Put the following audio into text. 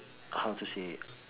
how to say